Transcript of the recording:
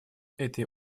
этой